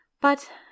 But